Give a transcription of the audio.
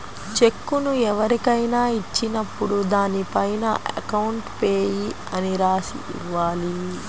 చెక్కును ఎవరికైనా ఇచ్చినప్పుడు దానిపైన అకౌంట్ పేయీ అని రాసి ఇవ్వాలి